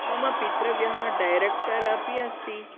मम पितृव्यः डेरक्टर् अपि अस्ति